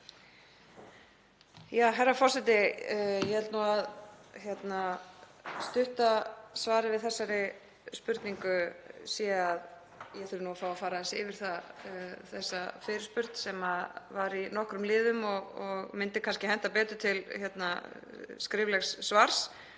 Herra forseti. Ég held að stutta svarið við þessari spurningu sé að ég þurfi nú að fá að fara aðeins yfir þessa fyrirspurn sem var í nokkrum liðum og myndi kannski henta betur til skriflegs svars,